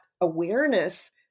awareness